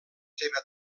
seva